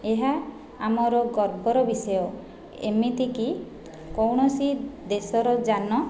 ଏହା ଆମର ଗର୍ବର ବିଷୟ ଏମିତିକି କୌଣସି ଦେଶର ଯାନ